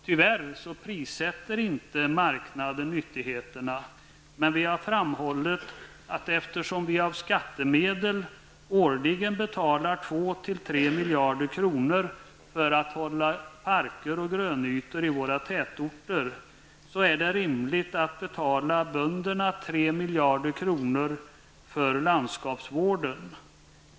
Tyvärr prissätter inte marknaden nyttigheterna, men vi har framhållit att eftersom vi av skattemedel årligen betalar 2--3 miljarder kronor för att hålla parker och grönytor i våra tätorter så är det rimligt att betala bönderna 3 miljarder kronor/år för landskapsvården.